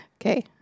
Okay